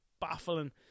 baffling